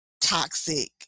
toxic